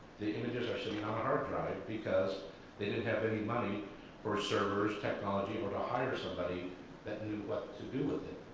the images are sitting on a hardrive because they didn't have any money for servers, technology, or to hire somebody that knew what to do with it.